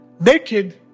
naked